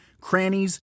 crannies